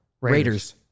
Raiders